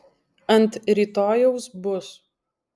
ant rytojaus bus